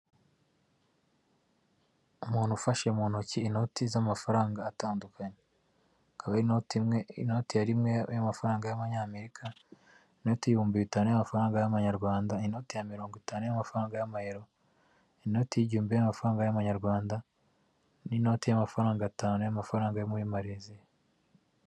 Umuntu ufashe mu ntoki inoti z'amafaranga atandukanye, hakaba hari inoti imwe, inoti ya rimwe y'amafaranga y'Amanyamerika, inoti y'ibihumbi bitanu y'amafaranga y'Amanyarwanda, inoti ya mirongo itanu y'amafaranga y'Amayero, inoti y'igihumbi y'amafaranga y'Amanyarwanda, n'inoti y'amafaranga atanu y'amafaranga yo muri Mareziya.